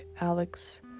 Alex